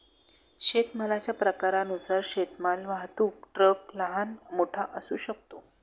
शेतमालाच्या प्रकारानुसार शेतमाल वाहतूक ट्रक लहान, मोठा असू शकतो